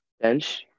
bench